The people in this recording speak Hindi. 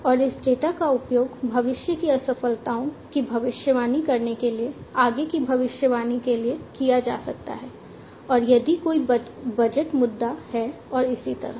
और इस डेटा का उपयोग भविष्य की असफलताओं की भविष्यवाणी करने के लिए आगे की भविष्यवाणी के लिए किया जा सकता है और यदि कोई बजट मुद्दा है और इसी तरह